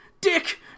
Dick